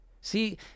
See